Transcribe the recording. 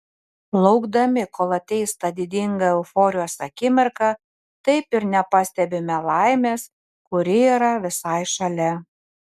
laukdami kol ateis ta didinga euforijos akimirka taip ir nepastebime laimės kuri yra visai šalia